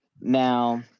now